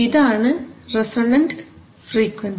ഇതാണ് resonant frequency